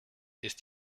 ist